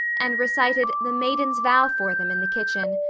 and recited the maiden's vow for them in the kitchen.